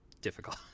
difficult